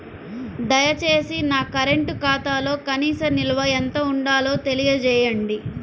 దయచేసి నా కరెంటు ఖాతాలో కనీస నిల్వ ఎంత ఉండాలో తెలియజేయండి